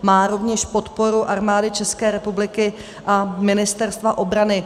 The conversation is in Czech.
Má rovněž podporu Armády České republiky a Ministerstva obrany.